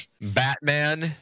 batman